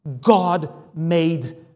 God-made